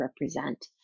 represent